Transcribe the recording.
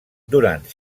durant